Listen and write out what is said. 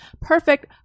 perfect